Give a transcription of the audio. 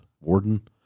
warden